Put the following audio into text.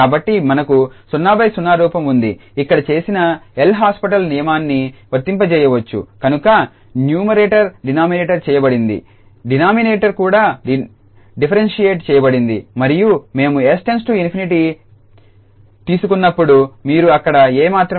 కాబట్టి మనకు 00 రూపం ఉంది ఇక్కడ చేసిన LHopital నియమాన్ని వర్తింపజేయవచ్చు కనుక న్యూమరేటర్ డిఫరెన్షియేట్ చేయబడింది డినామినేటర్ కూడా డిఫరెన్షియేట్ చేయబడింది మరియు మేము 𝑠 →∞ తీసుకున్నప్పుడు మీరు అక్కడ 𝑎 మాత్రమే పొందుతారు